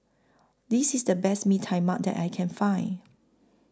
This IS The Best Mee Tai Mak that I Can Find